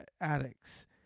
addicts